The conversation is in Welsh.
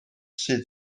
sydd